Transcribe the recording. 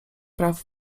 praw